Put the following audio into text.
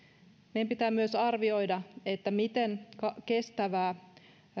meidän pitää myös arvioida miten kestävää